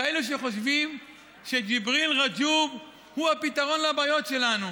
כאלה שחושבים שג'יבריל רג'וב הוא הפתרון לבעיות שלנו.